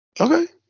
Okay